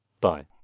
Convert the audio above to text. bye